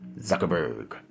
Zuckerberg